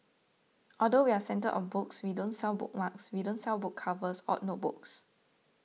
although we're centred of books we don't sell bookmarks we don't sell book covers or notebooks